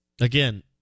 again